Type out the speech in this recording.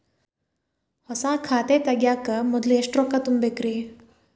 ಹೊಸಾ ಖಾತೆ ತಗ್ಯಾಕ ಮೊದ್ಲ ಎಷ್ಟ ರೊಕ್ಕಾ ತುಂಬೇಕ್ರಿ?